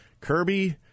Kirby